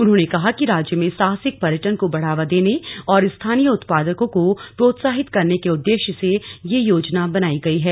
उन्होंने कहा कि राज्य में साहसिक पर्यटन को बढ़ावा देने और स्थानीय उत्पादकों को प्रोत्साहित करने के उददेश्य से यह योजना बनाई गई है